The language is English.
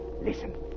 Listen